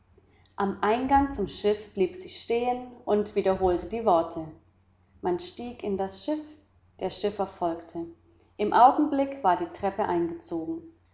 am eingang zum schiff blieb sie stehen und wiederholte die worte man stieg in das schiff der schiffer folgte im augenblick war die treppe eingezogen